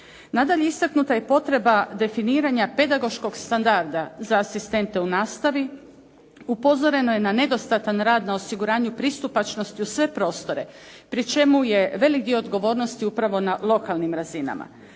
Nadalje, istaknuta je potreba definiranja pedagoškog standarda za asistente u nastavi, upozoreno je na nedostatan rad na osiguranju pristupačnosti u sve prostore pri čemu je velik dio odgovornosti upravo na lokalnim razinama.